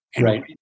Right